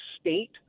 state